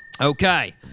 Okay